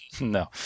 No